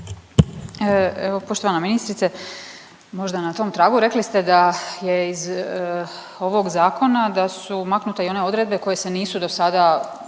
Evo poštovana ministrice možda na tom tragu, rekli da ste da je iz ovog zakona da su maknute i one odredbe koje se nisu dosada provodile